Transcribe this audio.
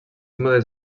modes